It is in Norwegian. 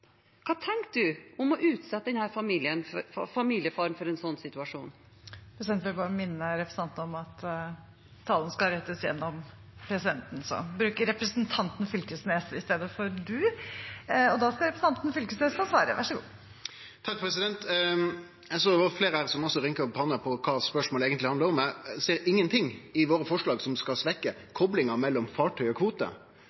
Hva tenker du om å utsette denne familien og familiefaren for en slik situasjon? Presidenten vil minne representanten om at talen skal rettes gjennom presidenten, ved å si «representanten Knag Fylkesnes» i stedet for «du». Eg såg det var fleire her som rynka panna når det gjeld kva spørsmålet eigentleg handlar om. Eg ser ingenting i forslaga våre som